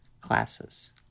classes